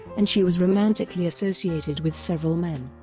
and she was romantically associated with several men.